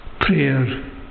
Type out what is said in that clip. prayer